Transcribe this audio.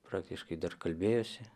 praktiškai dar kalbėjosi